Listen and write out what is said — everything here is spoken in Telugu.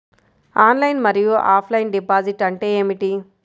ఆన్లైన్ మరియు ఆఫ్లైన్ డిపాజిట్ అంటే ఏమిటి?